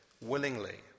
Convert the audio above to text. willingly